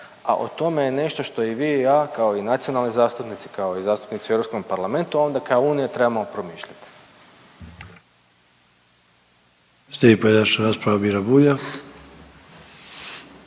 a o tome je nešto što i vi i ja kao i nacionalni zastupnici, kao i zastupnici u Europskom parlamentu, a onda kao Unija trebamo promišljati.